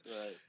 Right